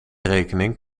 rekening